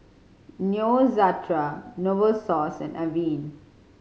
Neostrata Novosource and Avene